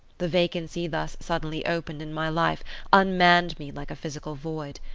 the vacancy thus suddenly opened in my life unmanned me like a physical void.